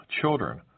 children